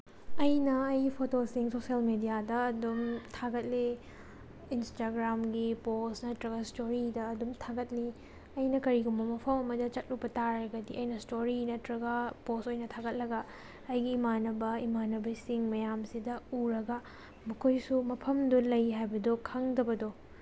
ꯑꯩꯅ ꯑꯩꯒꯤ ꯐꯣꯇꯣꯁꯤꯡ ꯁꯣꯁꯦꯜ ꯃꯦꯗꯤꯌꯥꯗ ꯑꯗꯨꯝ ꯊꯥꯒꯠꯂꯤ ꯏꯟꯇ꯭ꯔꯒ꯭ꯔꯥꯝꯒꯤ ꯄꯣꯁ ꯅꯠꯇ꯭ꯔꯒ ꯏꯁꯇꯣꯔꯤꯗ ꯑꯗꯨꯝ ꯊꯥꯒꯠꯂꯤ ꯑꯩꯅ ꯀꯔꯤꯒꯨꯝꯕ ꯃꯐꯝ ꯑꯃꯗ ꯆꯠꯂꯨꯕ ꯇꯥꯔꯒꯗꯤ ꯑꯩꯅ ꯏꯁꯇꯣꯔꯤ ꯅꯠꯇ꯭ꯔꯒ ꯄꯣꯁ ꯑꯣꯏꯅ ꯊꯥꯒꯠꯂꯒ ꯑꯩꯒꯤ ꯏꯃꯥꯟꯅꯕ ꯏꯃꯥꯟꯅꯕꯤꯁꯤꯡ ꯃꯌꯥꯝꯁꯤꯗ ꯎꯔꯒ ꯃꯈꯣꯏꯁꯨ ꯃꯐꯝꯗꯨ ꯂꯩ ꯍꯥꯏꯕꯗꯨ ꯈꯪꯗꯕꯗꯣ